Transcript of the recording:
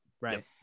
Right